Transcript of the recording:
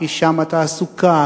יש בצפון "חוות הגז".